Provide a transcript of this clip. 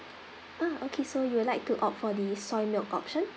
ah okay so you would like to opt for the soy milk option